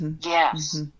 Yes